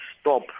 stop